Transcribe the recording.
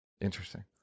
Interesting